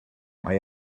mae